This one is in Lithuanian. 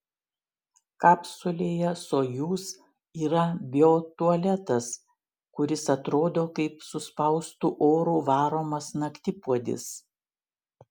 kapsulėje sojuz yra biotualetas kuris atrodo kaip suspaustu oru varomas naktipuodis